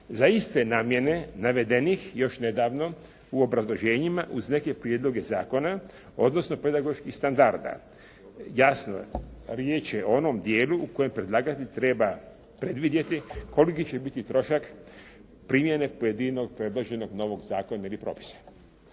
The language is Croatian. za iste namjene navedenih još nedavno u obrazloženjima uz neke prijedloge zakona odnosno pedagoških standarda. Jasno, riječ je o onom dijelu u kojem predlagatelj treba predvidjeti koliki će biti trošak primjene pojedinog predloženog novog zakona ili propisa.